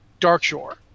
Darkshore